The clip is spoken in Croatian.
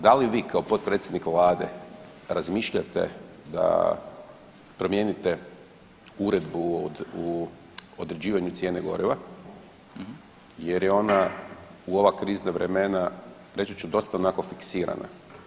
Da li vi kao potpredsjednik vlade razmišljate da promijenite uredbu o određivanju cijene goriva jer je ona u ova krizna vremena reći ću dosta onako fiksirana.